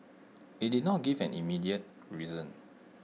IT did not give an immediate reason